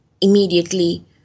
immediately